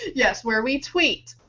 yes where we tweet.